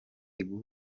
iguhe